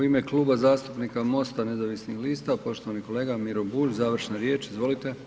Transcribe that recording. U ime Kluba zastupnika Mosta nezavisnih lista poštovani kolega Miro Bulj, završna riječ, izvolite.